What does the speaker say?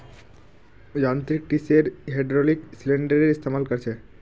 यांत्रिक tree shaker hydraulic सिलिंडरेर इस्तेमाल कर छे